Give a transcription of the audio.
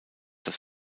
das